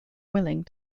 willing